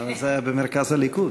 זה היה במרכז הליכוד.